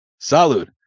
Salud